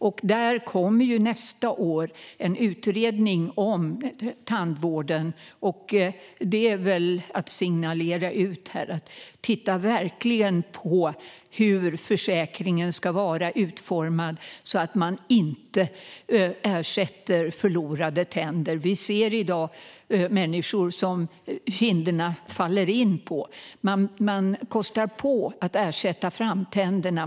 Nästa år kommer en utredning om tandvården. Därför vill jag här signalera att man verkligen ska titta på hur försäkringen ska vara utformad när det gäller att ersätta förlorade tänder. Vi ser i dag människor som kinderna faller in på. Man kostar på att ersätta framtänderna.